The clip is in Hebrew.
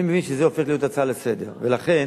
אני מבין שזה הופך להיות הצעה לסדר-היום, ולכן